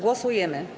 Głosujemy.